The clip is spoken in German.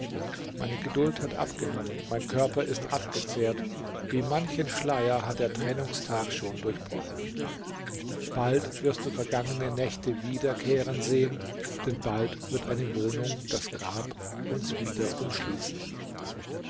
meine geduld hat abgenommen mein körper ist abgezehrt wie manchen schleier hat der trennungstag schon durchbrochen bald wirst du vergangene nächte wiederkehren sehen denn bald wird eine wohnung das grab uns wieder umschließen